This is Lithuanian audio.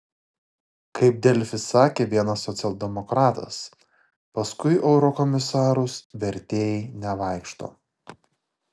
kaip delfi sakė vienas socialdemokratas paskui eurokomisarus vertėjai nevaikšto